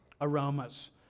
aromas